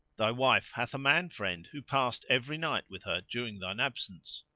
thy wife hath a man friend who passed every night with her during thine absence.